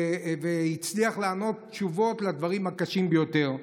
והצליח לענות תשובות לדברים הקשים ביותר.